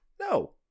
no